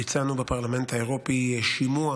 ביצענו בפרלמנט האירופי שימוע